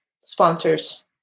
sponsors